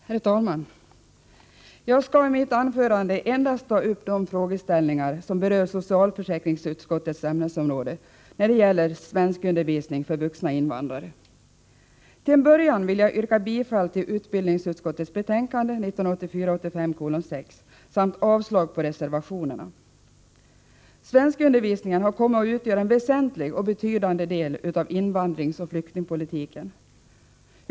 Herr talman! Jag skall i mitt anförande endast ta upp de frågeställningar som berör socialförsäkringsutskottets ämnesområde när det gäller svenskundervisning för vuxna invandrare. Till en början vill jag yrka bifall till utbildningsutskottets betänkande 1984/85:6 samt avslag på reservationerna. Svenskundervisningen har kommit att utgöra en väsentlig och betydande del av invandringsoch flyktingpolitiken.